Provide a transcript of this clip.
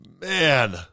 Man